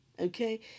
Okay